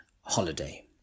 holiday